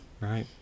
Right